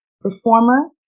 performer